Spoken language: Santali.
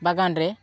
ᱵᱟᱜᱟᱱ ᱨᱮ